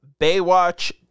Baywatch